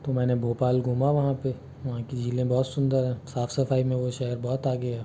तो मैंने भोपाल घुमा वहाँ पर वहाँ की झीलें बहुत सुंदर है साफ सफाई में वह शहर बहुत आगे है